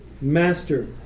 master